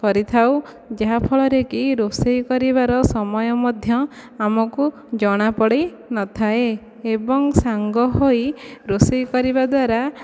କରିଥାଉ ଯାହା ଫଳରେକି ରୋଷେଇ କରିବାର ସମୟ ମଧ୍ୟ ଆମକୁ ଜଣାପଡ଼ିନଥାଏ ଏବଂ ସାଙ୍ଗ ହୋଇ ରୋଷେଇ କରିବା ଦ୍ୱାରା